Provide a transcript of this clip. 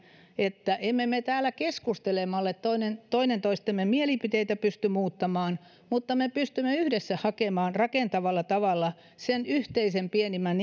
että emme me täällä keskustelemalla toinen toinen toistemme mielipiteitä pysty muuttamaan mutta me pystymme yhdessä hakemaan rakentavalla tavalla sen yhteisen pienimmän